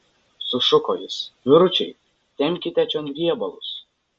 sušuko jis vyručiai tempkite čion riebalus